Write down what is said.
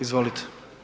Izvolite.